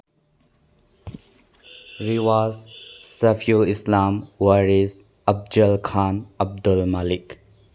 ꯔꯤꯋꯥꯁ Safiul Islam Waris Afzal Khan Abdul Malik